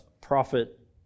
prophet